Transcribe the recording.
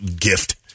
gift